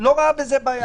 לא ראה בזה בעיה.